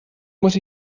muss